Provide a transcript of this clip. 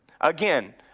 again